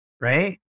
right